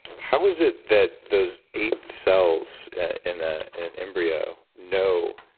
how is it that those eight cells in ah an embryo know,